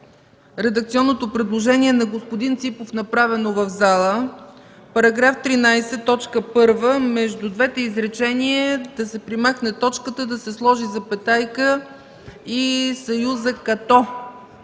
редакционното предложение на господин Ципов, направено в залата – в § 13, т. 1, между двете изречения да се премахне точката, да се сложат запетая и съюзът